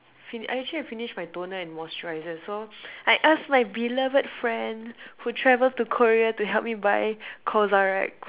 fini~ actually I finish my toner and moisturizer so I ask my beloved friend who travelled to Korea to help me buy CosRX